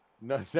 No